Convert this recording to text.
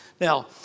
Now